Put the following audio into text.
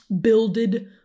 builded